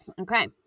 Okay